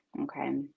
okay